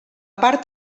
part